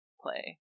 play